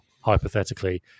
hypothetically